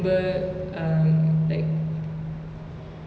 they depend a lot on the film industry lah so அங்கவந்து:angavanthu